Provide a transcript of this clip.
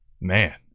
man